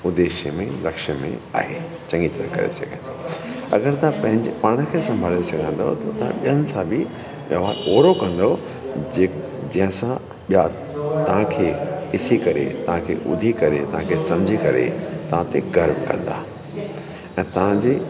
उद्देश्य में लक्ष्य में आहे चङी तरह करे सघनि अगरि तव्हां पंहिंजे पाण खे संभाले सघंदव ॿियनि सां बि व्यवहार ओड़ो कंदव जे जेसां ॿिया तव्हां खे ॾिसी करे तव्हां खे ॿुधी करे तव्हां खे समुझी करे तव्हां ते गर्व कंदा ऐं तव्हां जे